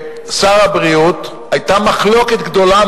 החוק,